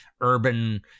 urban